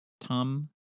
Tom